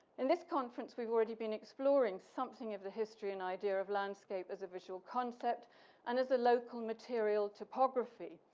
in this conference, we've already been exploring something of the history, an idea of landscape as a visual concept and as the local material topography.